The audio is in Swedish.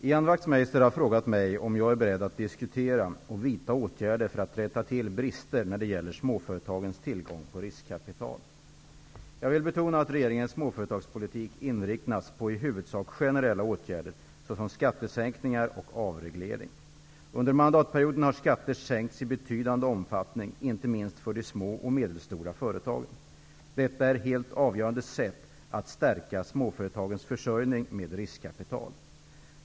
Fru talman! Ian Wachtmeister har frågat mig om jag är beredd att diskutera och vidta åtgärder för att rätta till brister när det gäller småföretagens tillgång på riskkapital. Jag vill betona att regeringens småföretagspolitik inriktas på i huvudsak generella åtgärder, såsom skattesänkningar och avreglering. Under mandatperioden har skatter sänkts i betydande omfattning, inte minst för de små och medelstora företagen. Detta är ett helt avgörande sätt att stärka småföretagens försörjning med riskkapital.